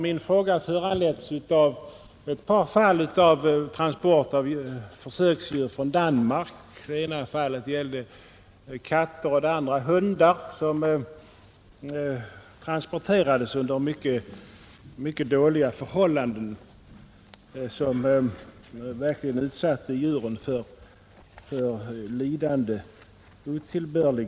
Min fråga har föranletts av ett par fall av transporter av försöksdjur från Danmark. Det ena fallet gällde katter och det andra hundar. I båda fallen transporterades djuren under mycket dåliga förhållanden. Djuren utsattes verkligen otillbörligt för lidande.